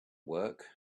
work